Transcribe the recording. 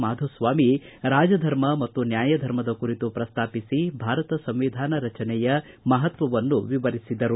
ಮಾಧುಸ್ವಾಮಿ ರಾಜಧರ್ಮ ಮತ್ತು ನ್ಯಾಯಧರ್ಮದ ಕುರಿತು ಪ್ರಸ್ತಾಪಿಸಿ ಭಾರತದ ಸಂವಿಧಾನ ರಚನೆಯ ಮಹತ್ವವನ್ನು ವಿವರಿಸಿದರು